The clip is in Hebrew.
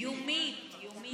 בדיקה יומית.